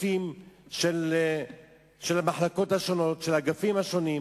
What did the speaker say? הסעיפים של המחלקות השונות, של האגפים השונים,